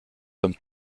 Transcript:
comme